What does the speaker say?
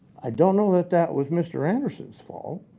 i don't know that that was mr. anderson's fault.